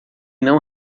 não